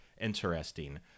Interesting